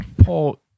Paul